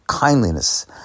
Kindliness